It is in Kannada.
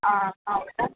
ಹಾಂ ಹೌದಾ